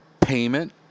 payment